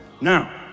Now